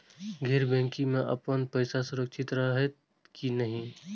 गैर बैकिंग में अपन पैसा सुरक्षित रहैत कि नहिं?